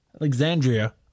Alexandria